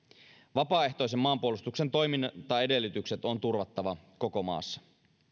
vapaaehtoisen maanpuolustuksen toimintaedellytykset on turvattava koko maassa